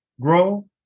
grow